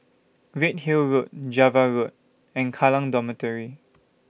Redhill Road Java Road and Kallang Dormitory